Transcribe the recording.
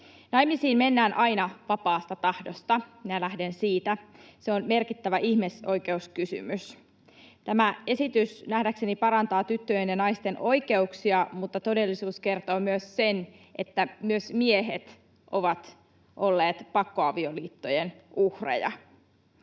Naimisiin mennään aina vapaasta tahdosta, minä lähden siitä. Se on merkittävä ihmisoikeuskysymys. Tämä esitys nähdäkseni parantaa tyttöjen ja naisten oikeuksia, mutta todellisuus kertoo sen, että myös miehet ovat olleet pakkoavioliittojen uhreja.